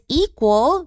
equal